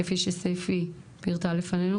כפי שספי פירטה לפנינו,